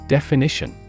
Definition